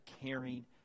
caring